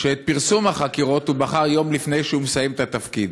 שאת פרסום החקירות הוא בחר לפרסם יום לפני שהוא מסיים את התפקיד.